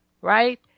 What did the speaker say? right